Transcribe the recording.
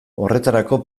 horretarako